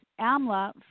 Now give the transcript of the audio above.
Amla